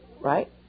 Right